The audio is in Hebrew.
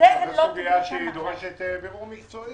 זו סוגיה שדורשת בירור מקצועי.